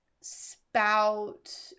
spout